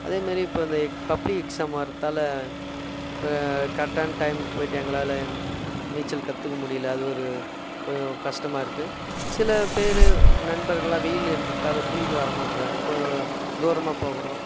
அதேமாரி இப்போ இந்த பப்ளிக் எக்ஸாம் வர்றதால் இப்போ கரெக்டான டைம்க்கு போயிவிட்டு எங்களால் நீச்சல் கற்றுக்க முடியலை அது ஒரு கொஞ்சம் கஸ்டமாக இருக்கு சில பேர் நண்பர்கள் எல்லாம் வெயிலுன்றதால் குளிக்க வரமாட்றாங்க கொஞ்சம் தூரமாக போகணும்